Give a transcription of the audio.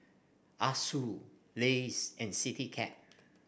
Asus Lays and Citycab